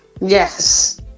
yes